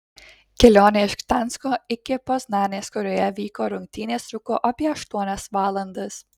kelionė iš gdansko iki poznanės kurioje vyko rungtynės truko apie aštuonias valandas